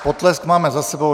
Potlesk máme za sebou.